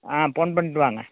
ஆ phone பண்ணிவிட்டு வாங்க